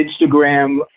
Instagram